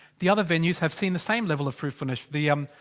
the other venues have seen the same level for finish p m.